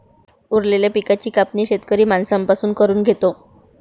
उरलेल्या पिकाची कापणी शेतकरी माणसां पासून करून घेतो